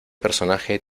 personaje